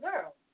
girl